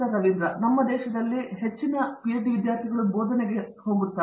ರವೀಂದ್ರ ಗೆಟ್ಟು ನಮ್ಮ ದೇಶದಲ್ಲಿ ನಮ್ಮ ಹೆಚ್ಚಿನ ಪಿಎಚ್ಡಿ ವಿದ್ಯಾರ್ಥಿಗಳು ಬೋಧನೆಯಲ್ಲಿ ಹೋಗುತ್ತಾರೆ